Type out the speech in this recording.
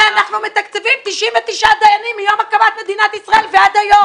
הרי אנחנו מתקצבים 99 דיינים מיום הקמת מדינת ישראל ועד היום.